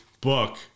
book